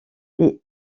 les